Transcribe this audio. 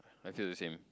I feel the same